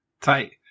Tight